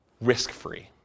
risk-free